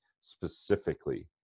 specifically